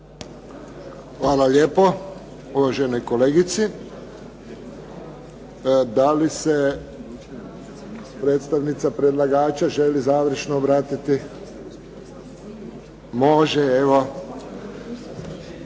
Hvala lijepo uvaženoj kolegici. Da li se predstavnica predlagača želi završno obratiti? Može. Evo.